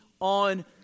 on